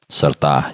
serta